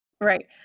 right